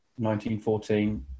1914